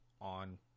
on